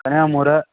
கன்னியாகுமரியில்